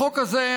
החוק הזה,